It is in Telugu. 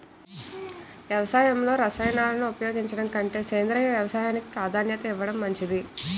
వ్యవసాయంలో రసాయనాలను ఉపయోగించడం కంటే సేంద్రియ వ్యవసాయానికి ప్రాధాన్యత ఇవ్వడం మంచిది